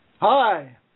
Hi